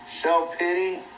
self-pity